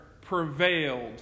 prevailed